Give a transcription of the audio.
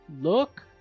look